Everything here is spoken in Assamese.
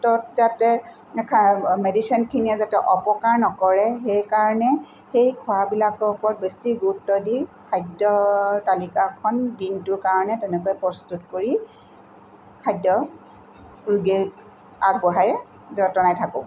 পেটত যাতে মেডিচিনখিনিয়ে যাতে অপকাৰ নকৰে সেইকাৰণে সেই খোৱাবিলাকৰ ওপৰত বেছি গুৰুত্ব দি খাদ্যৰ তালিকাখন দিনটোৰ কাৰণে তেনেকৈ প্ৰস্তুত কৰি খাদ্য ৰোগীক আগবঢ়াই যতনাই থাকোঁ